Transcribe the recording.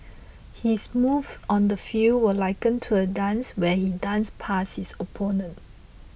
his moves on the field were likened to a dance where he'd dance past his opponents